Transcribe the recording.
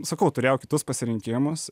sakau turėjau kitus pasirinkimus